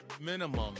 minimum